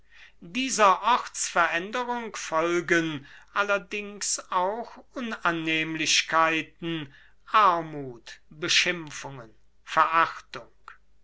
dieser ortsveränderung folgen unannehmlichkeiten armuth beschimpfungen verachtung